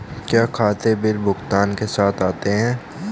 क्या खाते बिल भुगतान के साथ आते हैं?